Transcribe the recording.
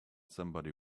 somebody